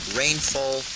rainfall